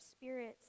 spirits